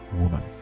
woman